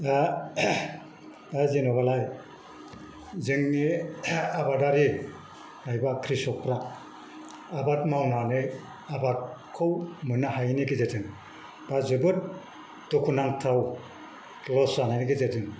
दा दा जेनेबालाय जोंनि आबादारि एबा क्रिसकफोरा आबाद मावनानै आबादखौ मोननो हायैनि गेजेरजों दा जोबोद दुखुनांथाव लस जानायनि गेजेरजों